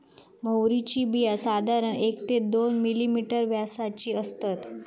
म्होवरीची बिया साधारण एक ते दोन मिलिमीटर व्यासाची असतत